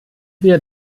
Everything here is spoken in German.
wir